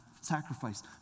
sacrifice